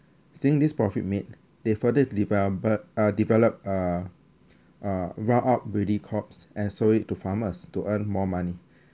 since this profit made they further deve~ uh developed uh uh round up ready crops and sold it to farmers to earn more money